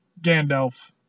Gandalf